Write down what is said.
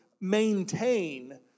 maintain